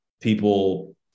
people